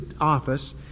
office